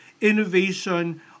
innovation